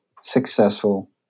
successful